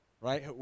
Right